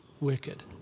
wicked